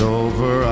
over